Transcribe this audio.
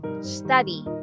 study